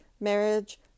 marriage